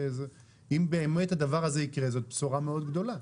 אם באמת הדבר הזה יקרה אני חושב שזו בשורה מאוד גדולה.